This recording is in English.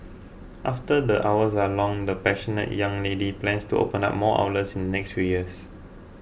after the hours are long the passionate young lady plans to open up more outlets in next few years